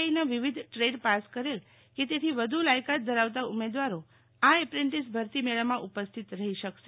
આઈના વિવિધ trade pass કરેલ કે તેથી વધુ લાયકાત ધરાવતા ઉમેદવારોએ આ એપ્રેન્ટીસ ભરતી મેળામાં ઉપસ્થિત રહી શકસે